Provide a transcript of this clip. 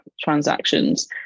transactions